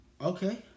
Okay